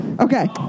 Okay